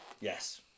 Yes